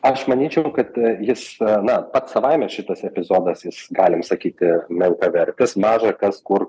aš manyčiau kad jis na pats savaime šitas epizodas jis galim sakyti menkavertis maža kas kur